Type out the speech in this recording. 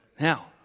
Now